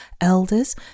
elders